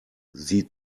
sie